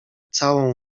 całą